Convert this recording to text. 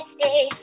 hey